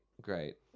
Great